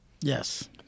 Yes